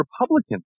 Republicans